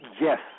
Yes